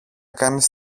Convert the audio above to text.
κάνεις